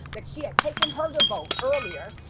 that she had taken her to vote earlier.